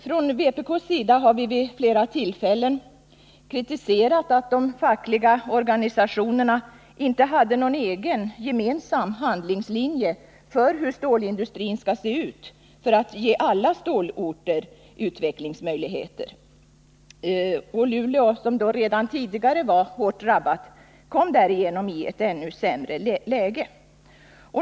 Från vpk:s sida har vi vid flera tillfällen kritiserat att de fackliga organisationerna inte hade någon egen gemensam handlingslinje för hur stålindustrin skulle se ut för att ge alla stålorter utvecklingsmöjligheter. Luleå, som redan tidigare var hårt drabbat, kom därigenom i ett ännu sämre läge.